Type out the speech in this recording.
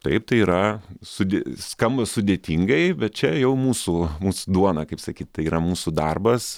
taip tai yra sude skamba sudėtingai bet čia jau mūsų mūs duona kaip sakyt tai yra mūsų darbas